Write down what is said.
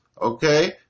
Okay